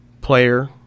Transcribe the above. player